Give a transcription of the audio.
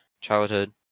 childhood